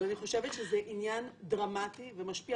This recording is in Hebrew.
אבל אני חושבת שזה עניין דרמטי ומשפיע